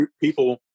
people